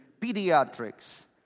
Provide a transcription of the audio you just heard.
pediatrics